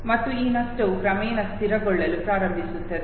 ಮತ್ತು ಈ ನಷ್ಟವು ಕ್ರಮೇಣ ಸ್ಥಿರಗೊಳ್ಳಲು ಪ್ರಾರಂಭಿಸುತ್ತದೆ